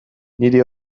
niri